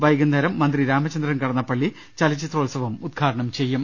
വൈകു ന്നേരം മന്ത്രി രാമചന്ദ്രൻ കടന്നപ്പള്ളി ചലച്ചിത്രോത്സവം ഉദ്ഘാടനം ചെയ്യും